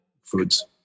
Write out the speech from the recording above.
foods